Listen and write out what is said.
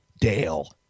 Dale